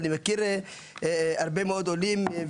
ואני מכיר הרבה מאוד עולים.